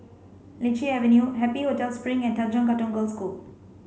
Lichi Avenue Happy Hotel Spring and Tanjong Katong Girls' School